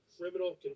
criminal